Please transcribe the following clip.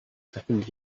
second